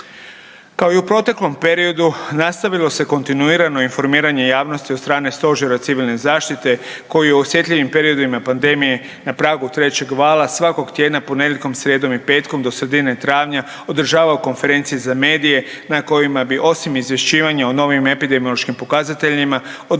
Kao i u proteklom periodu nastavilo se kontinuirao informiranje javnosti od strane Stožera civilne zaštite koji je u osjetljivim periodima pandemije na pragu trećeg vala svakog tjedna ponedjeljkom, srijedom i petkom do sredine travnja održavao konferencije za medije na kojima bi osim izvješćivanja o novim epidemiološkim pokazateljima odgovarao